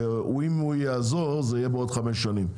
שאם הוא יעזור, זה יהיה בעוד 5 שנים.